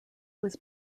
was